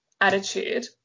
attitude